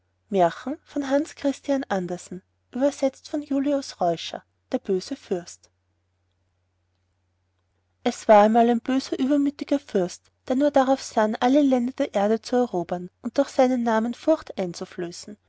der böse fürst es war einmal ein böser und übermütiger fürst der nur darauf sann alle länder der erde zu erobern und durch seinen namen furcht